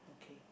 okay